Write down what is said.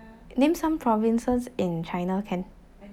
name some provinces in China can